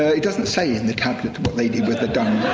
it doesn't say in the tablet what they did with the dung.